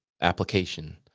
application